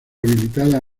habitada